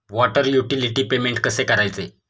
Water utility payment कसे करायचे?